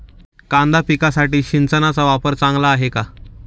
कांदा पिकासाठी सिंचनाचा वापर चांगला आहे का?